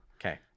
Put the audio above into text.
Okay